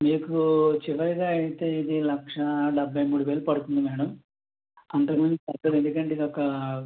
మీకు చివరిగా ఎంత ఇది లక్షా డెబ్భై మూడు వేలు పడుతుంది మేడం అంతకు మించి తగ్గదు ఎందుకంటే ఇదొక